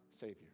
Savior